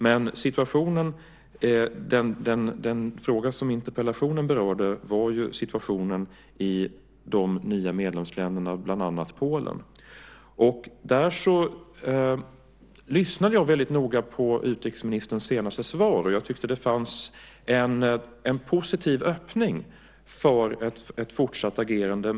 Den fråga som interpellationen berörde gällde dock situationen i de nya medlemsländerna, bland annat i Polen. Jag lyssnade mycket noga på utrikesministerns senaste svar och tyckte att det fanns en positiv öppning för ett fortsatt agerande.